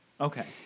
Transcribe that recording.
Okay